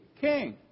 king